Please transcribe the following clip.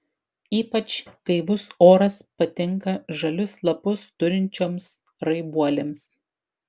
ypač gaivus oras patinka žalius lapus turinčioms raibuolėms